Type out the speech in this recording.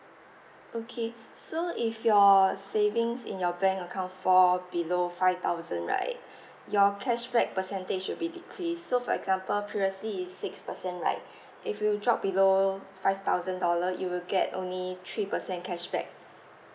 okay so if your savings in your bank account fall below five thousand right your cashback percentage would be decreased so for example previously is six percent right if you drop below five thousand dollar you will get only three percent cashback